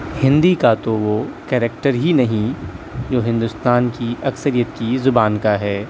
ہندی کا تو وہ کیریکٹر ہی نہیں جو ہندوستان کی اکثریت کی زبان کا ہے